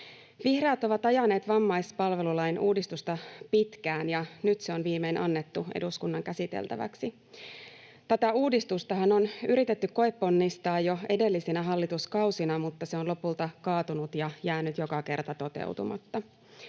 Vihreät ovat ajaneet vammaispalvelulain uudistusta pitkään, ja nyt se on viimein annettu eduskunnan käsiteltäväksi. Tätä uudistustahan on yritetty koeponnistaa jo edellisinä hallituskausina, mutta se on lopulta kaatunut ja jäänyt joka kerta toteutumatta.